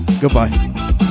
Goodbye